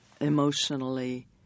emotionally